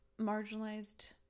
marginalized